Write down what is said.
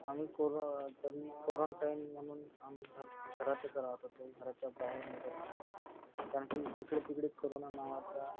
आम्ही कोरो तरी कोरंटाईन म्हणून आम् घर घरातच राहत होतो घराच्या बाहेर निघत नव्हतो कारण की जिकडे तिकडे कोरोना नावाचा